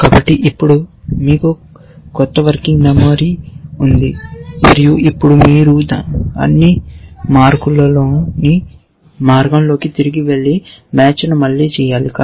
కాబట్టి ఇప్పుడు మీకు క్రొత్త వర్కింగ్ మెమొరీ ఉంది మరియు ఇప్పుడు మీరు అన్ని మార్గాల్లోకి తిరిగి వెళ్లి మ్యాచ్ను మళ్లీ చేయాలి